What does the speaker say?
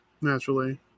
Naturally